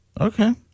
Okay